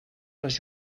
les